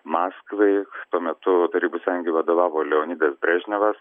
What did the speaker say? maskvai tuo metu tarybų sąjungai vadovavo leonidas brežnevas